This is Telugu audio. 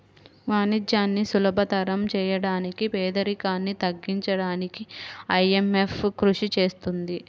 వాణిజ్యాన్ని సులభతరం చేయడానికి పేదరికాన్ని తగ్గించడానికీ ఐఎంఎఫ్ కృషి చేస్తుంది